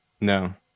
No